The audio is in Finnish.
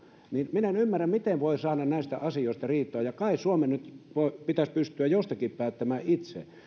minä en ymmärrä miten voi saada näistä asioista riitaa kai suomen nyt pitäisi pystyä jostakin päättämään itse